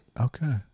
Okay